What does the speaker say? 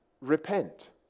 repent